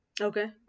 okay